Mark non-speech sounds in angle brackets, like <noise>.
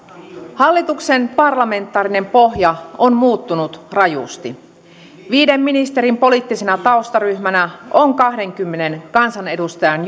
hallituksen parlamentaarinen pohja on muuttunut rajusti viiden ministerin poliittisena taustaryhmänä on kahdenkymmenen kansanedustajan <unintelligible>